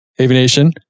Aviation